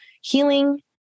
healing